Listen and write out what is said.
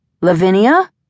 Lavinia